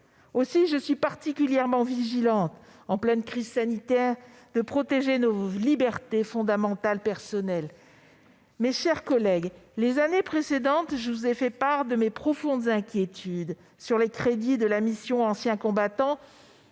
Aussi, je suis particulièrement soucieuse, en pleine crise sanitaire, de protéger nos libertés fondamentales personnelles. Mes chers collègues, les années précédentes, je vous avais fait part de mes profondes inquiétudes sur les crédits de la mission « Anciens combattants,